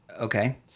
Okay